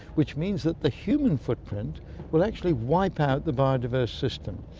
which means that the human footprint will actually wipe out the biodiverse system.